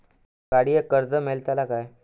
गाडयेक कर्ज मेलतला काय?